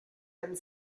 and